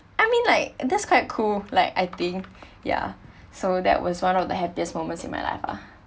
I mean like that's quite cool like I think ya so that was one of the happiest moments in my life ah